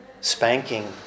spanking